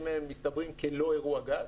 מסתברים כלא אירוע גז,